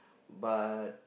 but